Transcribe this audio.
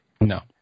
No